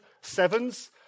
sevens